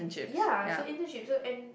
ya so internship so and